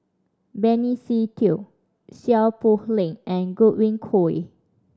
Benny Se Teo Seow Poh Leng and Godwin Koay